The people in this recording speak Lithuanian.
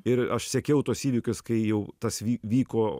ir aš sekiau tuos įvykius kai jau tas vy vyko